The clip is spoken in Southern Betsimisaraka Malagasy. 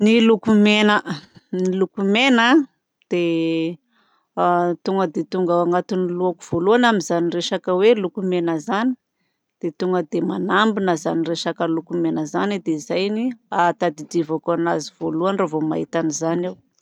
Ny loko mena ny loko mena dia tonga dia tonga ao anaty lohako voalohany amin'izany resaka loko mena izany dia tonga dia manambina izany resaka loko mena zany. Dia izay no ahatadidiavako anazy voalohany raha vao mahita an'izany aho.